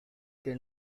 que